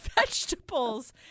vegetables